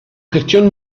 gestión